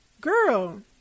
Girl